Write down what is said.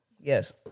Yes